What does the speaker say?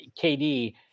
kd